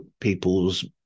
people's